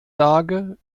lage